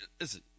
listen